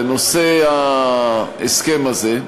בנושא ההסכם הזה,